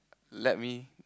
let me